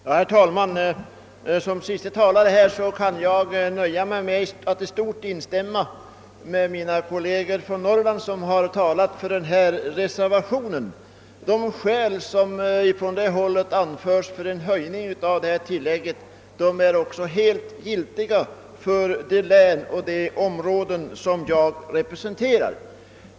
Herr talman! Som siste talare i denna debatt kan jag nöja mig med att i stort sett instämma med mina kolleger från Norrland som har talat för reservationen. De skäl som anförts som stöd för en höjning av mjölkpristillägget är också helt giltiga för det län och de områden som jag representerar, Hälsingland och Gästrikland.